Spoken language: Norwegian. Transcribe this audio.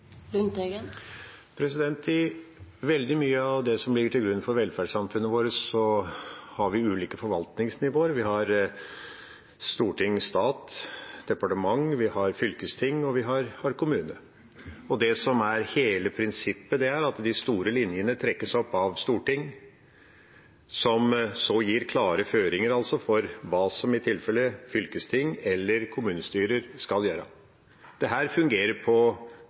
I veldig mye av det som ligger til grunn for velferdssamfunnet vårt, har vi ulike forvaltningsnivåer. Vi har storting, stat og departement, og vi har fylkesting og kommune. Det som er hele prinsippet, er at de store linjene trekkes opp av Stortinget, som så gir klare føringer for hva som i tilfelle fylkesting eller kommunestyrer skal gjøre. Dette fungerer på